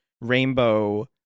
Rainbow